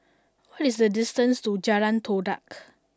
what is the distance to Jalan Todak